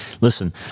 Listen